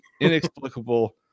inexplicable